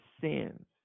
sins